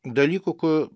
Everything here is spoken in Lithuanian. dalykų kur